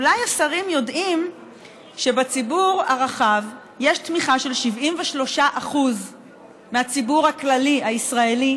אולי השרים יודעים שבציבור הרחב יש תמיכה של 73% מהציבור הכללי הישראלי,